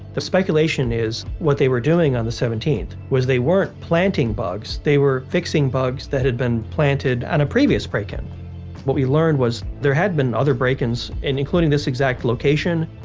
the speculation is what they were doing on the seventeenth was they weren't planting bugs, they were fixing bugs that had been planted on a previous break-in what we learned was there had been other break-ins, and including this exact location,